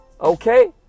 okay